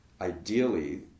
Ideally